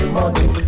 money